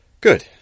Good